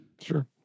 Sure